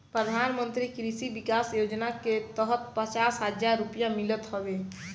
प्रधानमंत्री कृषि विकास योजना के तहत पचास हजार रुपिया मिलत हवे